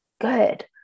good